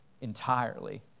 entirely